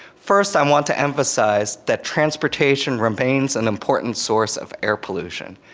first i want to emphasise that transportation remains an important source of air pollution.